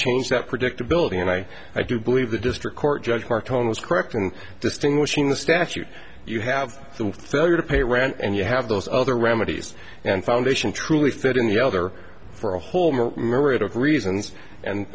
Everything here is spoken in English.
change that predictability and i i do believe the district court judge her tone was correct and distinguishing the statute you have the failure to pay rent and you have those other remedies and foundation truly fit in the other for a whole myriad of reasons and